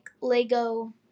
Lego